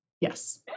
Yes